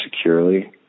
securely